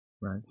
Right